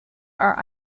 are